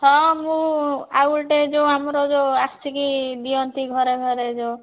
ହଁ ମୁଁ ଆଉ ଗୋଟେ ଯେଉଁ ଆମର ଯେଉଁ ଆସିକି ଦିଅନ୍ତି ଘରେ ଘରେ ଯେଉଁ